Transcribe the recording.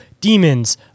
Demons